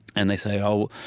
and they say, oh,